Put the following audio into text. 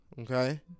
okay